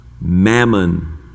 Mammon